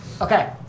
Okay